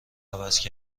عوض